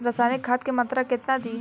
रसायनिक खाद के मात्रा केतना दी?